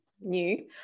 new